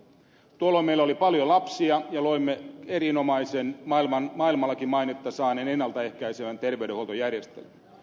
tuolloin meillä oli paljon lapsia ja loimme erinomaisen maailmallakin mainetta saaneen ennaltaehkäisevän terveydenhuoltojärjestelmän